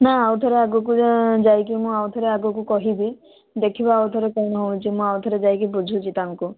ନାଁ ଆଉ ଥରେ ଆଗକୁ ଯାଇକି ମୁଁ ଆଉ ଥରେ ଆଗକୁ କହିବି ଦେଖିବା ଆଉ ଥରେ କଣ ହେଉଛି ମୁଁ ଆଉ ଥରେ ଯାଇ ବୁଝୁଛି ତାଙ୍କୁ